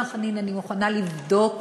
לבדוק,